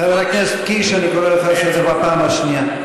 חבר הכנסת קיש, אני קורא אותך לסדר בפעם השנייה.